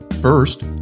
First